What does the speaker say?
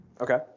Okay